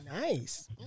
Nice